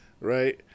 Right